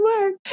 work